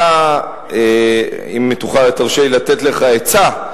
אתה, אם תרשה לי לתת לך עצה,